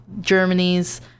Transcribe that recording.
germany's